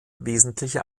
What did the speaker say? wesentliche